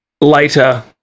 later